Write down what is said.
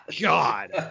god